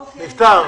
זה נפתר.